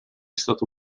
stato